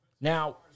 Now